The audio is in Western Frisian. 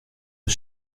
der